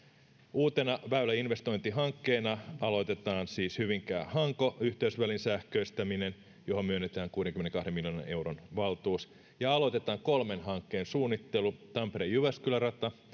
uutena väyläinvestointihankkeena aloitetaan siis hyvinkää hanko yhteysvälin sähköistäminen johon myönnetään kuudenkymmenenkahden miljoonan euron valtuus ja aloitetaan kolmen hankkeen suunnittelu tampere jyväskylä rata